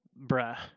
bruh